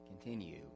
continue